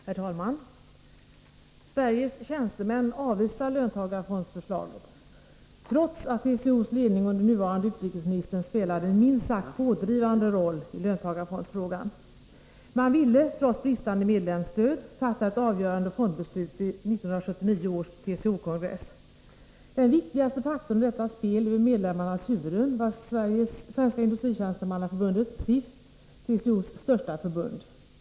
Herr talman! Sveriges tjänstemän avvisar löntagarfondsförslaget, trots att TCO:s ledning under den nuvarande utrikesministern spelade en minst sagt pådrivande roll i löntagarfondsfrågan. Man ville — trots bristande medlemsstöd — fatta ett avgörande fondbeslut vid 1979 års TCO-kongress. Den viktigaste faktorn i detta spel över medlemmarnas huvuden var Svenska industritjänstemannaförbundet, SIF, TCO:s största förbund.